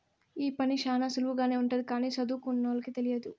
ఈ పని శ్యానా సులువుగానే ఉంటది కానీ సదువుకోనోళ్ళకి తెలియదు